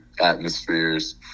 atmospheres